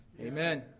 Amen